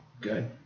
Good